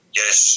yes